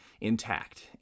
intact